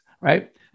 right